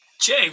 Jay